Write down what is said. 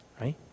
right